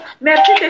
merci